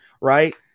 right